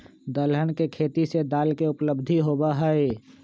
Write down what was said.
दलहन के खेती से दाल के उपलब्धि होबा हई